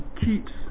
keeps